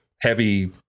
heavy